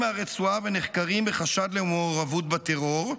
מהרצועה ונחקרים בחשד למעורבות בטרור,